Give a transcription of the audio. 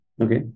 Okay